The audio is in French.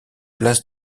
place